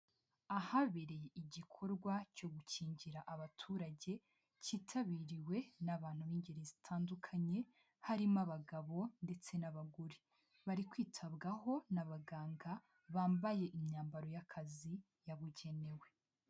Ahabereye igikorwa cyo gukingira abaturage, cyitabiriwe n'abantu b'ingeri zitandukanye, harimo abagabo ndetse n'abagore. Bari kwitabwaho n'abaganga, bambaye imyambaro y'akazi yabugenewe.